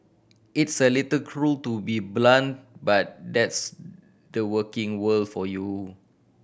it's a little cruel to be blunt but that's the working world for you